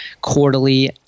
quarterly